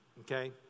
Okay